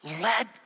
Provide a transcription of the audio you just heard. let